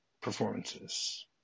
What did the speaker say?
performances